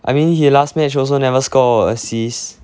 I mean he last match also never score or assist